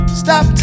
stop